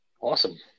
Awesome